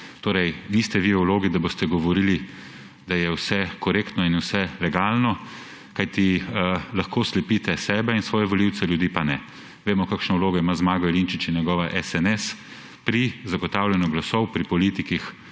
Torej, niste vi v vlogi, da boste govorili, da je vse korektno in vse legalno, kajti lahko slepite sebe in svoje volivce, ljudi pa ne. Vemo, kakšno vlogo imata Zmago Jelinčič in njegova SNS pri zagotavljanju glasov pri politikih